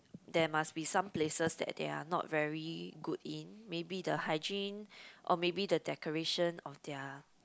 there must be some places that they're not very good in maybe the hygiene or maybe the decoration of their